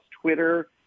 Twitter